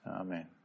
Amen